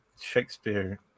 Shakespeare